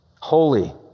holy